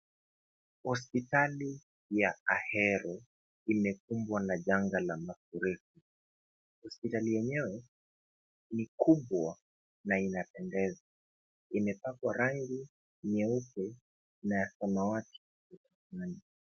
Hospitali ya Ahero imekumbwa na janga la mafuriko. Hospitali yenyewe ni kubwa na inapendeza. Imepakwa rangi nyeusi na ya samawati ukutani.